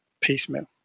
piecemeal